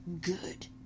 Good